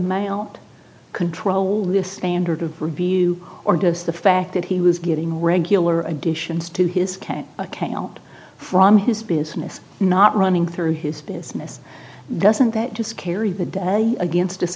male control this pander to review or does the fact that he was getting regular additions to his k k out from his business not running through his business doesn't that just carry the day against